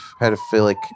pedophilic